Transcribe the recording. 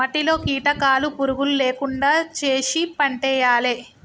మట్టిలో కీటకాలు పురుగులు లేకుండా చేశి పంటేయాలే